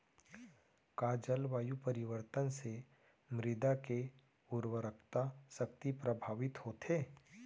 का जलवायु परिवर्तन से मृदा के उर्वरकता शक्ति प्रभावित होथे?